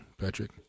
Patrick